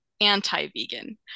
anti-vegan